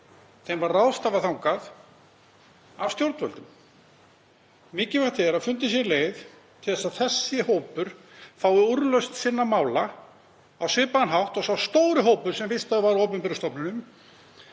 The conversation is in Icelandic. Þeim var ráðstafað þangað af stjórnvöldum. Mikilvægt er að fundin sé leið til að sá hópur fái úrlausn mála sinna á svipaðan hátt og sá stóri hópur sem vistaður var á opinberum stofnunum